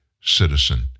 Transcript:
citizen